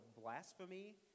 blasphemy